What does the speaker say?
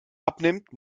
abnimmt